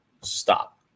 Stop